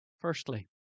Firstly